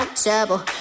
trouble